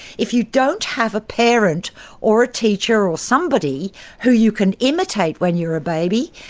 if you don't have a parent or a teacher or somebody who you can imitate when you are a baby,